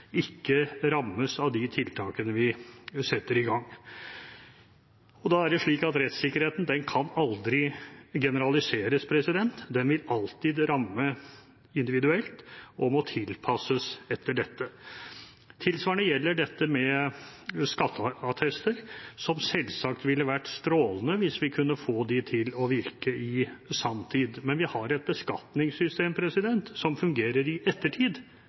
ikke rammes av de tiltakene vi setter i gang. Rettssikkerheten kan aldri generaliseres; den vil alltid ramme individuelt og må tilpasses deretter. Tilsvarende gjelder for dette med skatteattester, som selvsagt ville vært strålende hvis man kunne få dem til å virke i sanntid. Men vi har et beskatningssystem som fungerer i ettertid,